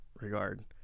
regard